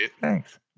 Thanks